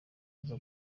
aza